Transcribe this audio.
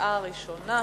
בקריאה ראשונה.